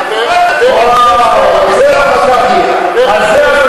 מה שר?